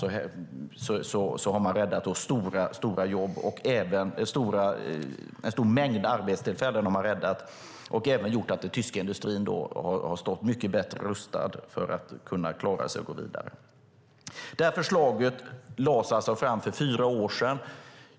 Där har man räddat en stor mängd arbetstillfällen, och det har gjort att den tyska industrin har stått mycket bättre rustad för att klara sig och gå vidare. Det här förslaget lades alltså fram för fyra år sedan.